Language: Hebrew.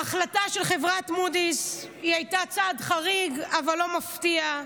ההחלטה של חברת מודי'ס הייתה צעד חריג אבל לא מפתיע.